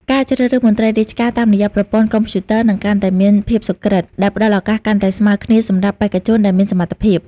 ការជ្រើសរើសមន្ត្រីរាជការតាមរយៈប្រព័ន្ធកុំព្យូទ័រនឹងកាន់តែមានភាពសុក្រឹត ដែលផ្តល់ឱកាសកាន់តែស្មើគ្នាសម្រាប់បេក្ខជនដែលមានសមត្ថភាព។